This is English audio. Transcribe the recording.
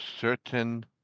certain